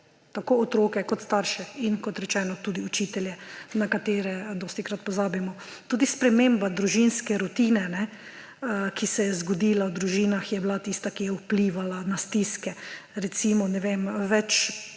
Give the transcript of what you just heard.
tako otroke kot starše in, kot rečeno, tudi učitelje, na katere dostikrat pozabimo. Tudi sprememba družinske rutine, ki se je zgodila v družinah, je bila tista, ki je vplivala na stiske. Recimo, več